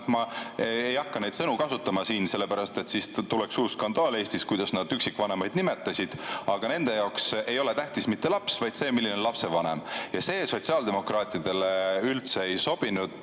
ma ei hakka neid sõnu kasutama siin, sellepärast, et siis tuleks uus skandaal Eestis, kuidas nad üksikvanemaid nimetasid. Aga nende jaoks ei ole tähtis mitte laps, vaid see, milline on lapsevanem. Ja see sotsiaaldemokraatidele üldse ei sobinud.